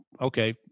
Okay